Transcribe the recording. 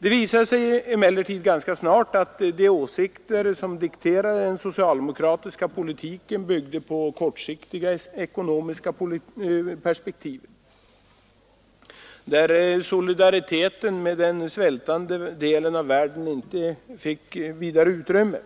Det visade sig emellertid ganska snart att de åsikter som dikterade den socialdemokratiska politiken byggde på kortsiktiga ekonomiska perspektiv, där solidariteten med den svältande delen av världen inte fick vidare utrymme.